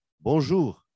Bonjour